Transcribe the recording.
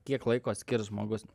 kiek laiko skirs žmogus